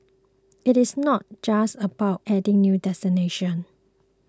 it is not just about adding new destinations